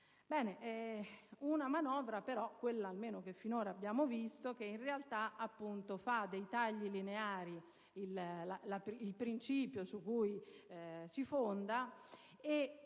È una manovra, però, quella che almeno finora abbiamo visto che, in realtà, fa dei tagli lineari il principio su cui si fonda e